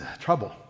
Trouble